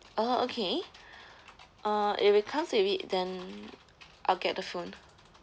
orh okay uh if it comes with it then I'll get the phone